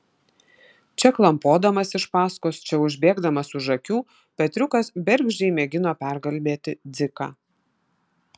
čia klampodamas iš paskos čia užbėgdamas už akių petriukas bergždžiai mėgino perkalbėti dziką